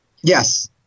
Yes